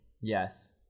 Yes